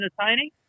entertaining